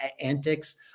antics